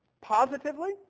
positively